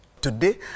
today